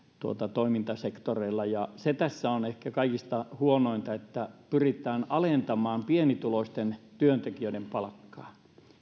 toimintasektoreilla se tässä on ehkä kaikista huonointa että pyritään alentamaan pienituloisten työntekijöiden palkkaa